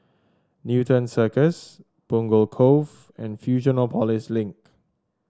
Newton Circus Punggol Cove and Fusionopolis Link